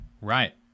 right